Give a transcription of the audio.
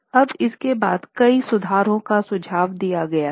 अब इसके बाद कई सुधारों का सुझाव दिया गया था